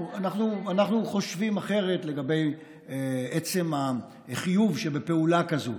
אנחנו חושבים אחרת לגבי עצם החיוב שבפעולה כזאת.